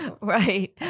Right